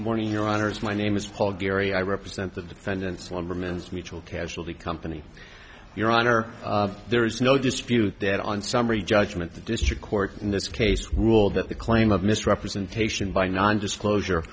morning your honor is my name is paul geary i represent the defendants lumbermen's mutual casualty company your honor there is no dispute that on summary judgment the district court in this case ruled that the claim of misrepresentation by non disclosure